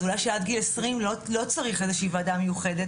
אז אולי שעד גיל עשרים לא צריך איזו שהיא ועדה מיוחדת,